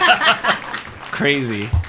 Crazy